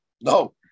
No